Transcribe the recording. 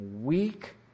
Weak